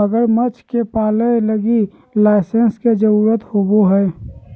मगरमच्छ के पालय लगी लाइसेंस के जरुरत होवो हइ